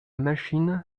machine